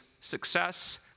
success